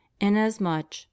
inasmuch